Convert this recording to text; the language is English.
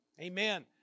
amen